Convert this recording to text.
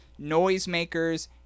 noisemakers